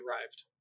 arrived